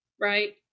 Right